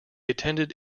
attended